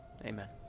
Amen